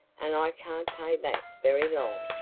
and i can't pay that very long.